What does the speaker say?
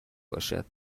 باشد